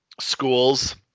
schools